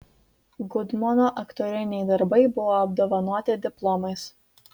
gudmono aktoriniai darbai buvo apdovanoti diplomais